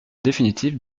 définitive